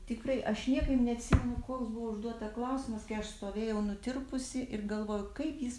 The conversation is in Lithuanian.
tikrai aš niekaip neatsimenu koks buvo užduota klausimas kai aš stovėjau nutirpusi ir galvojau kaip jis